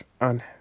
on